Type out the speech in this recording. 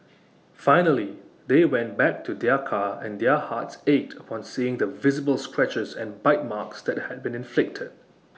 finally they went back to their car and their hearts ached upon seeing the visible scratches and bite marks that had been inflicted